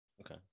Okay